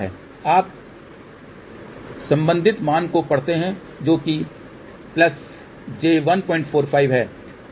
अब आप संबंधित मान को पढ़ते हैं जो कि j145 है